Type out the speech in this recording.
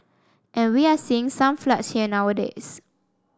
and we are seeing some floods here nowadays